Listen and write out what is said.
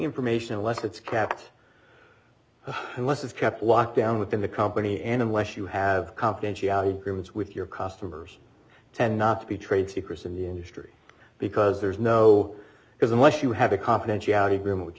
information unless it's kept unless it's kept locked down within the company and unless you have confidentiality agreements with your customers tend not to be trade secrets in the industry because there's no because unless you have a confidentiality agreement with